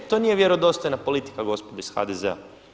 To nije vjerodostojna politika gospodo iz HDZ-a.